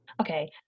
okay